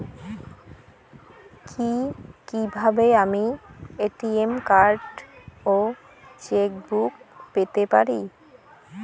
কি কিভাবে আমি এ.টি.এম কার্ড ও চেক বুক পেতে পারি?